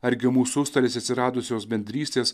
argi mūsų užstalėse atsiradusios bendrystės